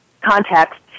context